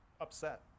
upset